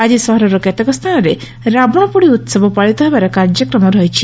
ଆଜି ସହରର କେତେକ ସ୍ତାନରେ ରାବଣପୋଡ଼ି ଉହବ ପାଳିତ ହେବାର କାର୍ଯ୍ୟକ୍ରମ ରହିଛି